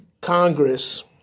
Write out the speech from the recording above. Congress